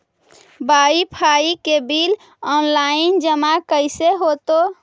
Wifi के bill online जमा कैसे होतै?